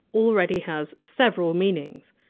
already has several meanings.